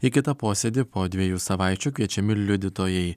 į kitą posėdį po dviejų savaičių kviečiami liudytojai